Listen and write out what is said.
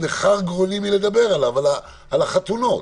ניחר גרוני מלדבר עליו וזה נושא החתונות.